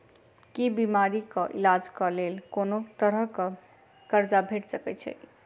की बीमारी कऽ इलाज कऽ लेल कोनो तरह कऽ कर्जा भेट सकय छई?